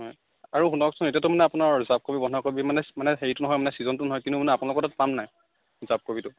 হয় আৰু শুনকচোন এতিয়াটো মানে আপোনাৰ জাপ কবি বন্ধাকবি মানে মানে হেৰিটো নহয় ছিজনটো নহয় কিন্তু আপোনালোকৰ তাত পাম নাই জাপ কবিটো